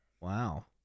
Wow